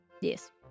Yes